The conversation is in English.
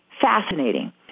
fascinating